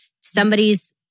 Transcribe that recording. somebody's